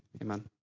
amen